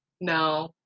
No